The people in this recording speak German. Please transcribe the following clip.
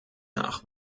nach